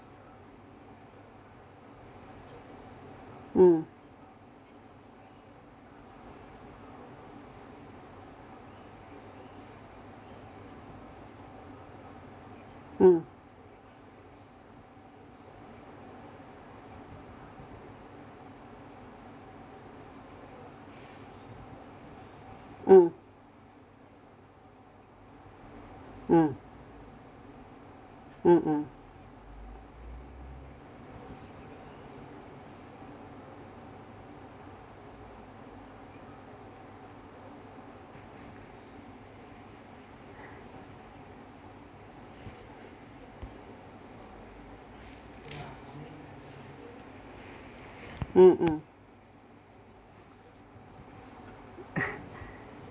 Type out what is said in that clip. mm mm mm mm mmhmm mmhmm